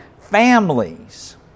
families